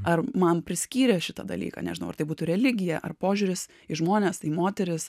ar man priskyrė šitą dalyką nežinau ar tai būtų religija ar požiūris į žmones tai moteris